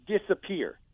disappear